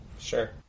sure